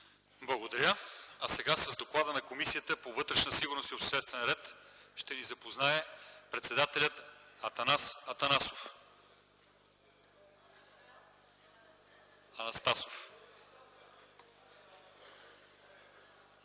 Благодаря. С доклада на Комисията по вътрешна сигурност и обществен ред ще ни запознае председателят й Анастас Анастасов.